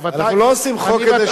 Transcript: אנחנו לא עושים חוק כדי,